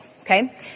okay